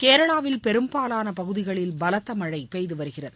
கேரளாவில் பெரும்பாலான பகுதிகளில் பலத்த மழை பெய்து வருகிறது